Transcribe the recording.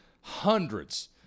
hundreds